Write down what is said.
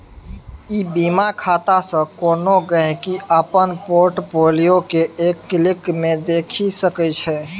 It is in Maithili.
ई बीमा खातासँ कोनो गांहिकी अपन पोर्ट फोलियो केँ एक क्लिक मे देखि सकै छै